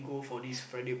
ya